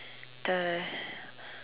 the